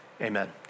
Amen